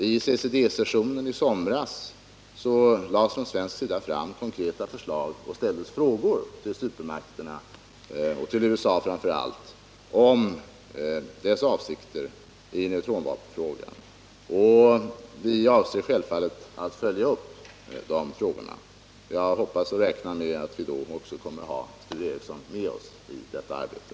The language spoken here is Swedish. Vid CCD sessionen i somras lade man från svensk sida fram konkreta förslag och ställde frågor till supermakterna, framför allt till USA, om deras avsikter i neutronvapenfrågan. Vi avser självfallet att följa upp de frågorna. Jag hoppas och räknar med att vi då kommer att ha Sture Ericson med i detta arbete.